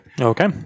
Okay